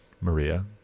Maria